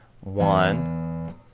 one